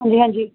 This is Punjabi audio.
ਹਾਂਜੀ ਹਾਂਜੀ